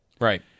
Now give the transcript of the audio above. Right